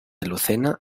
lucena